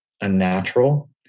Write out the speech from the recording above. unnatural